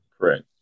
correct